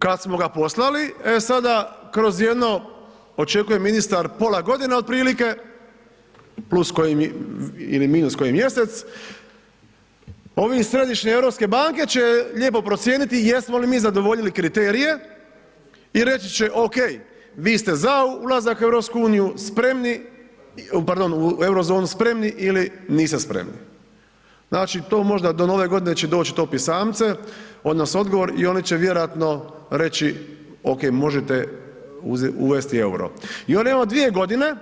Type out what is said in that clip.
Kad smo ga poslali, e sada kroz jedno očekuje ministar pola godine otprilike plus koji ili minus koji mjesec ovi iz Središnje europske banke će lijepo procijeniti jesmo li mi zadovoljili kriterije i reći će okej vi ste za ulazak u EU spremni, pardon u Eurozonu spremni ili niste spremni, znači to možda do Nove Godine će doći to pisamce odnosno odgovor i oni će vjerojatno reći okej možete uvesti EUR-o i evo vam 2.g.,